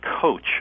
coach